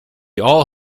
all